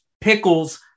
pickles